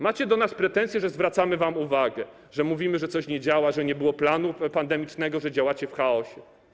Macie do nas pretensje, że zwracamy wam uwagę, że mówimy, że coś nie działa, że nie było planu pandemicznego, że działacie w chaosie.